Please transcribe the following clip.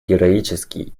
героический